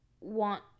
want